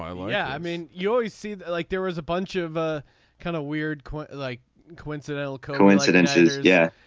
um oh yeah. i mean you you seemed like there was a bunch of ah kind of weird like coincidental coincidences. yeah